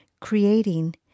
creating